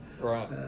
right